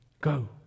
Go